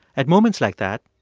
at moments like that,